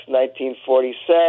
1947